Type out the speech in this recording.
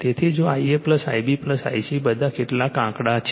તેથી જો Ia Ib Ic બધા કેટલાક આંકડા છે